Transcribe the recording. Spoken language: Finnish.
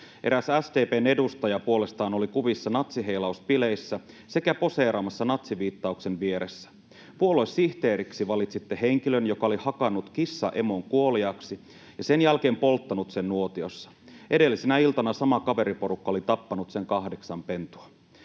Eräs SDP:n edustaja puolestaan oli kuvissa natsiheilausbileissä sekä poseeraamassa natsiviittauksen vieressä. Puoluesihteeriksi valitsitte henkilön, joka oli hakannut kissaemon kuoliaaksi ja sen jälkeen polttanut sen nuotiossa — edellisenä iltana sama kaveriporukka oli tappanut sen kahdeksan pentua.